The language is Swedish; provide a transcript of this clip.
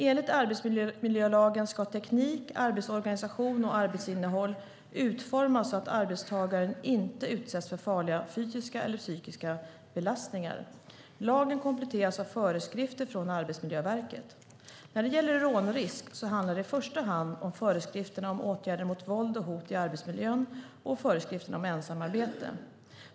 Enligt arbetsmiljölagen ska teknik, arbetsorganisation och arbetsinnehåll utformas så att arbetstagaren inte utsätts för farliga fysiska eller psykiska belastningar. Lagen kompletteras av föreskrifter från Arbetsmiljöverket. När det gäller rånrisk handlar det i första hand om föreskrifterna om åtgärder mot våld och hot i arbetsmiljön och föreskrifterna om ensamarbete.